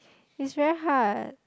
is very hard